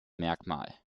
merkmal